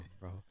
bro